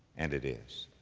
and it is.